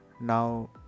now